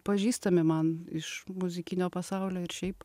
pažįstami man iš muzikinio pasaulio ir šiaip